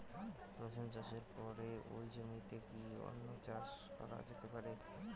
রসুন চাষের পরে ওই জমিতে অন্য কি চাষ করা যেতে পারে?